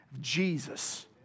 Jesus